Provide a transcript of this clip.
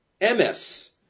MS